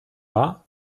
war